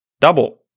Double